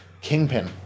Kingpin